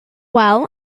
well